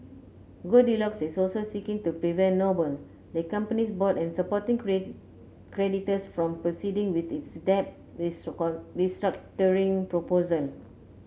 goldilocks is also seeking to prevent Noble the company's board and supporting creditors from proceeding with its debt restructuring proposal